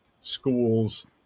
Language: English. schools